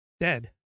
dead